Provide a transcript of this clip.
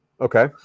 Okay